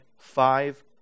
five